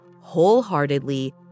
wholeheartedly